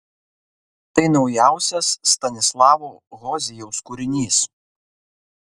tai naujausias stanislavo hozijaus kūrinys